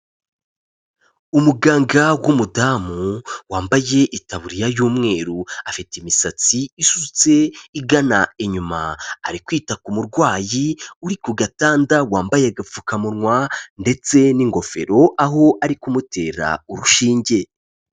Umuganga w'umudamu, wambage itaburiya y'umweru, afite imisatsi isutse igana inyuma, ari kwita ku murwayi uri ku gatanda wambaye agapfukamunwa ndetse n'ingofero, aho ari kumutera urushinge.